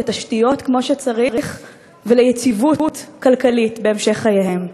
לתשתיות כמו שצריך וליציבות כלכלית בהמשך חייהם.